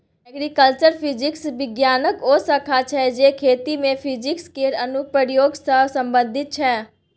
agriculture physics बिज्ञानक ओ शाखा छै जे खेती मे फिजिक्स केर अनुप्रयोग सँ संबंधित छै